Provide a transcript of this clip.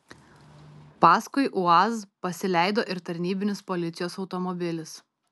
paskui uaz pasileido ir tarnybinis policijos automobilis